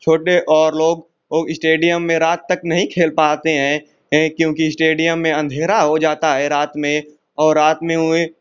छोटे और लोग इस्टेडियम में रात तक नहीं खेल पाते हैं हैं क्योंकि इस्टेडियम में अंधेरा हो जाता है रात में और रात में हुए